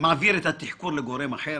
מעביר את התחקור לגורם אחר?